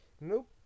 Nope